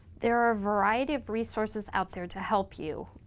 there are a variety of resources out there to help you.